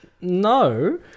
No